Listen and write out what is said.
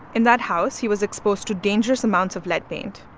in that house, he was exposed to dangerous amounts of lead paint.